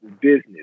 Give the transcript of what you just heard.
business